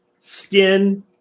skin